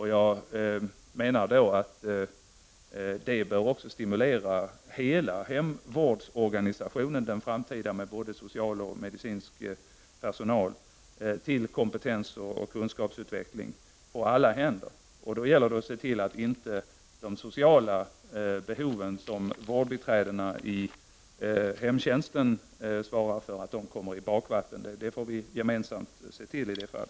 Detta bör också stimulera hela den framtida hemvårdsorganisationen med både social och medicinsk personal till kompetensoch kunskapsutveckling. Då gäller det att se till att de sociala behoven som vårdbiträdena i hemtjänsten svarar för inte kommer i bakvattnet. Det får vi gemensamt se till.